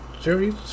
series